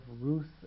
Ruth